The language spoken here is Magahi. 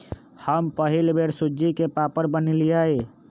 हम पहिल बेर सूज्ज़ी के पापड़ बनलियइ